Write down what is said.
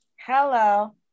Hello